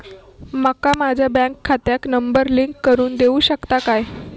माका माझ्या बँक खात्याक नंबर लिंक करून देऊ शकता काय?